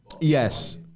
Yes